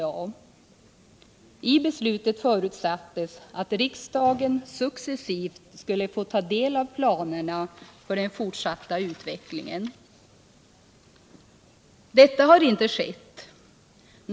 I riksdagsbeslutet förutsattes att riksdagen successivt skulle få ta del av planerna för den fortsatta utvecklingen. Detta har inte skett.